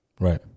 Right